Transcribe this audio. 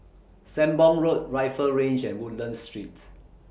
Sembong Road Rifle Range and Woodlands Street